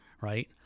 right